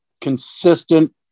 consistent